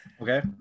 Okay